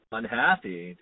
unhappy